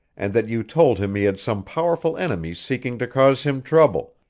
and that you told him he had some powerful enemies seeking to cause him trouble,